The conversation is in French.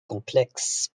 complexe